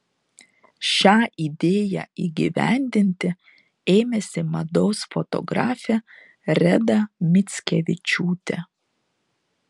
šią idėją įgyvendinti ėmėsi mados fotografė reda mickevičiūtė